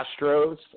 Astros